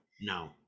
no